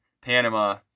Panama